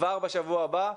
כבר בשבוע הבא,